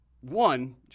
One